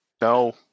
no